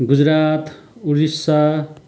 Gujarat Odisha